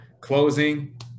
closing